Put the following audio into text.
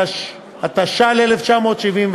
התש"ל 1970,